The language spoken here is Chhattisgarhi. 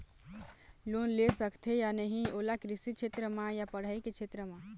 लोन ले सकथे या नहीं ओला कृषि क्षेत्र मा या पढ़ई के क्षेत्र मा?